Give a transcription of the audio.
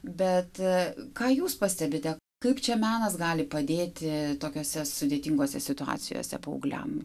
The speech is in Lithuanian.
bet ką jūs pastebite kaip čia menas gali padėti tokiose sudėtingose situacijose paaugliam